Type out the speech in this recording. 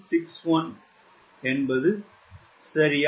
61 சரியா